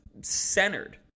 centered